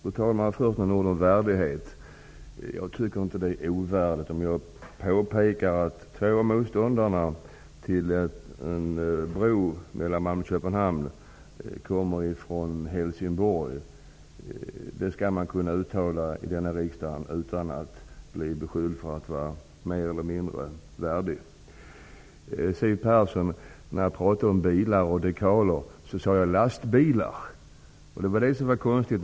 Fru talman! Först några ord om värdighet. Jag tycker inte det är ovärdigt av mig att påpeka att två av motståndarna till en bro mellan Malmö och Köpenhamn kommer från Helsingborg. Det skall man kunna uttala i denna riksdag utan att bli beskylld för att vara mer eller mindre värdig. När jag pratade om bilar och dekaler, Siw Persson, sade jag lastbilar. Det var det som var konstigt.